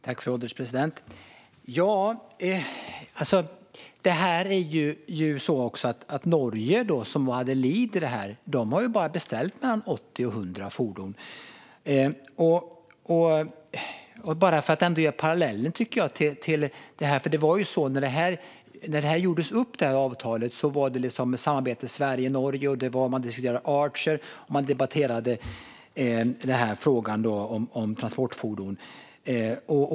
Fru ålderspresident! Det är ju också så att Norge, som hade lead i det här, bara har beställt mellan 80 och 100 fordon. Det finns en del paralleller här, tycker jag, för när det här avtalet gjordes upp var det i samarbete mellan Sverige och Norge. Man diskuterade Archer, och man debatterade frågan om transportfordon.